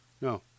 no